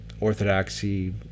Orthodoxy